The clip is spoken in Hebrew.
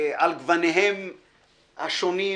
על גווניהם השונים,